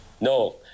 No